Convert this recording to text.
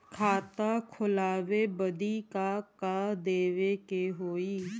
खाता खोलावे बदी का का देवे के होइ?